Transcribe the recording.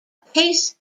pace